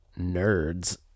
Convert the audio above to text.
nerds